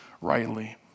rightly